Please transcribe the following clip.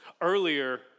Earlier